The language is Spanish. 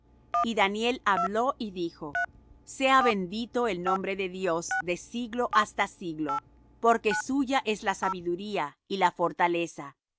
y daniel habló y dijo sea bendito el nombre de dios de siglo hasta siglo porque suya es la sabiduría y la fortaleza